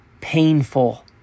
painful